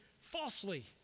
falsely